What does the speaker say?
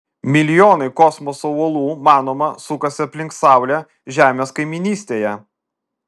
milijonai kosmoso uolų manoma sukasi aplink saulę žemės kaimynystėje